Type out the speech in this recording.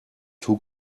too